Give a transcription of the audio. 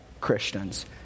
Christians